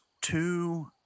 two